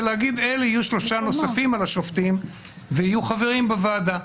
ולהגיד אלה יהיו שלושה נוספים על השופטים ויהיו חברים בוועדה.